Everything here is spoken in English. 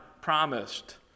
promised